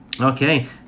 Okay